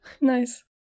Nice